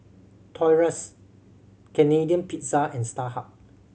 Toy Us Canadian Pizza and Starhub